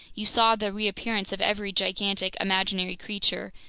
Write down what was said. you saw the reappearance of every gigantic imaginary creature,